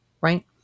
right